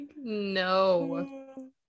No